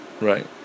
Right